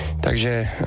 takže